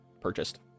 purchased